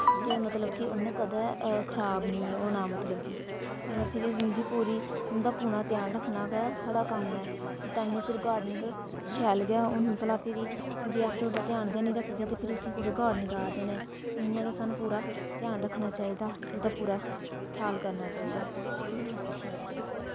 ते मतलब कि उ'न्नै कदें खराब निं होना मतलब कि फ्हिरी उं'दी पूरी उं'दा पूरा ध्यान रक्खना गै साढ़ा कम्म ऐ ते तांइयैं फ्हिर गार्डनिंग शैल गै होनी भला फ्हिरी जे अस ओह्दा ध्यान गै निं रखगे ते फिर उस्सी थोह्ड़ी गार्डनिंग आखदे न इ'यां गै सानूं पूरा ध्यान रक्खना चाहिदा ते ओह्दा पूरा ख्याल करना चाहिदा